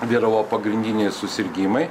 vyravo pagrindiniai susirgimai